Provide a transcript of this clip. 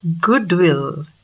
goodwill